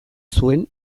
zuen